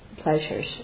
Pleasures